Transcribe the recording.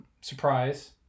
surprise